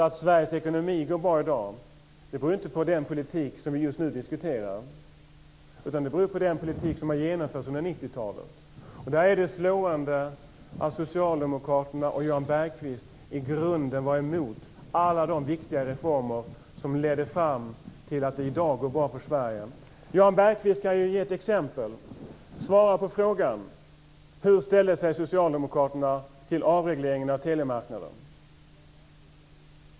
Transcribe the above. Att Sveriges ekonomi går bra i dag beror inte på den politik som vi diskuterar just nu utan på den politik som har genomförts under 1990 Det är slående att socialdemokraterna och Jan Bergqvist i grunden har varit emot alla de viktiga reformer som ledde fram till att det i dag går bra för Jan Bergqvist kan ju ge ett exempel. Svara på frågan: Hur ställde sig socialdemokraterna till avregleringen av telemarknaden?